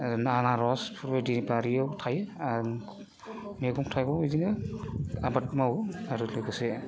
आरो आनारस बेफोरबायदि बारियाव थायो आर मैगं थाइगङाव बिदिनो आबाद मावो आरो लोगोसे